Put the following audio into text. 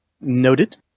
Noted